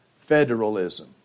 Federalism